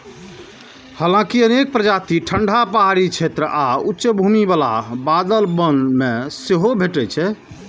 हालांकि अनेक प्रजाति ठंढा पहाड़ी क्षेत्र आ उच्च भूमि बला बादल वन मे सेहो भेटै छै